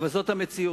אך זו המציאות,